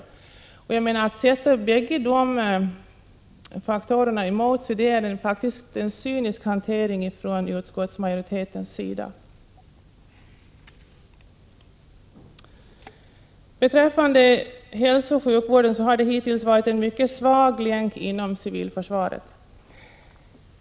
Att sätta dessa medelsanvisningar mot varandra är en cynisk hantering från utskottsmajori — Prot. 1986/87:133 tetens sida. 1 juni 1987 Hälsooch sjukvården har hittills varit en mycket svag länk i civilförsvaret.